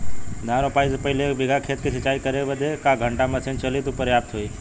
धान रोपाई से पहिले एक बिघा खेत के सिंचाई करे बदे क घंटा मशीन चली तू पर्याप्त होई?